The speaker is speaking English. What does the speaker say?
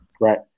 Right